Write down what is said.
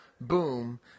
boom